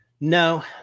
No